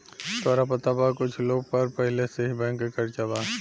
तोहरा पता बा कुछ लोग पर पहिले से ही बैंक के कर्जा बा